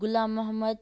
Ghulam Mohammad